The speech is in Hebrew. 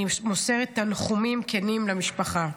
אני מוסרת תנחומים כנים למשפחה.